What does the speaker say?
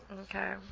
Okay